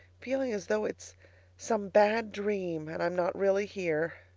feeling as though it's some bad dream, and i'm not really here.